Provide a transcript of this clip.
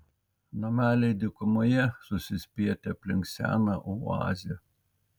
nameliai dykumoje susispietę aplink seną oazę